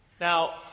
Now